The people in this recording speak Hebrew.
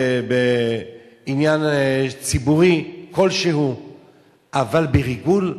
בעניין ציבורי כלשהו, אבל בריגול?